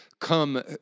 come